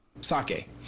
sake